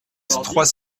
trois